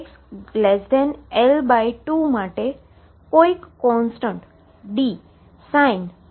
જે xL2 માટે કોઈક કોન્સટન્ટ Dsin βx થશે